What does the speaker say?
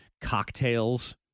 cocktails